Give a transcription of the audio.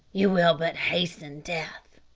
you will but hasten death.